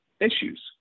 issues